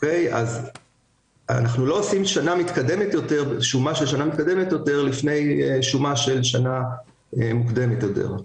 אנחנו לא עושים שומה של שנה מתקדמת יותר לפני שומה של שנה מוקדמת יותר.